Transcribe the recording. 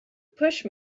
push